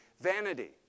vanity